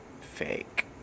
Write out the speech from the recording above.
fake